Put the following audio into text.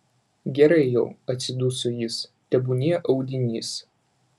gerai jau atsiduso jis tebūnie audinys